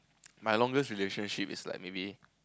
my longest relationship is like maybe